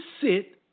sit